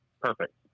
perfect